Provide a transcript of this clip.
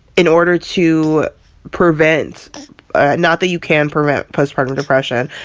in order to prevent not that you can prevent postpartum depression,